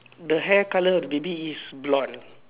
the hair color the baby is blond